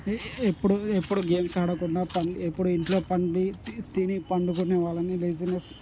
ఎప్పుడు ఎప్పుడు గేమ్స్ ఆడకుండా పనులు ఎప్పుడు ఇంట్లో పండి తిని పండుకునే వాళ్ళని లేజినెస్